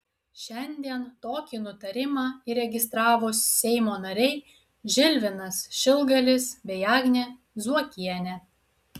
šiandien tokį nutarimą įregistravo seimo nariai žilvinas šilgalis bei agnė zuokienė